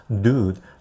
dude